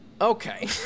Okay